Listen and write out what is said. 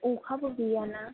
अखाबो गैयाना